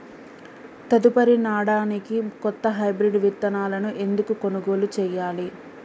తదుపరి నాడనికి కొత్త హైబ్రిడ్ విత్తనాలను ఎందుకు కొనుగోలు చెయ్యాలి?